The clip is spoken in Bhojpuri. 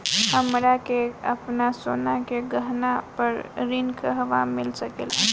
हमरा के आपन सोना के गहना पर ऋण कहवा मिल सकेला?